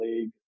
league